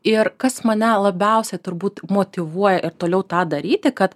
ir kas mane labiausiai turbūt motyvuoja ir toliau tą daryti kad